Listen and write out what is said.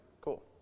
Cool